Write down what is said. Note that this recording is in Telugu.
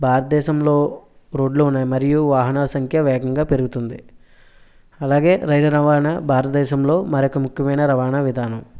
భారతదేశంలో రోడ్లు ఉన్నాయి మరియు వాహన సంఖ్య వేగంగా పెరుగుతుంది అలాగే రైలు రవాణా భారతదేశంలో మరొక ముఖ్యమైన రవాణా విధానం